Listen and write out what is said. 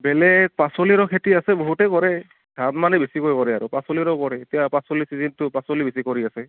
বেলেগ পাচলিৰো খেতি আছে বহুতেই কৰে ধান মানে বেছিকৈ কৰে আৰু পাচলিৰো কৰে এতিয়া পাচলি চিজনটো পাচলি বেছি কৰি আছে